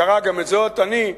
קרא גם את זאת, אני,